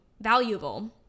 valuable